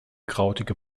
krautige